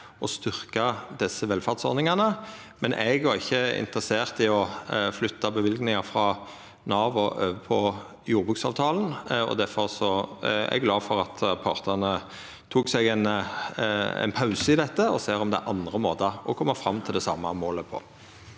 å styrkja desse velferdsordningane, men eg var ikkje interessert i å flytta løyvingar frå Nav og over på jordbruksavtalen. Difor er eg glad for at partane tok seg en pause i dette for å sjå om det er andre måtar å koma fram til det same målet på.